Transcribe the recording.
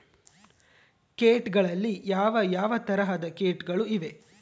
ಕೇಟಗಳಲ್ಲಿ ಯಾವ ಯಾವ ತರಹದ ಕೇಟಗಳು ಇವೆ?